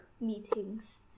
meetings